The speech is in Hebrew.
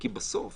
כי בסוף